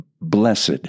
Blessed